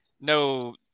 no